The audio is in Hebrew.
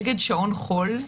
נגד שעון חול שאוזל,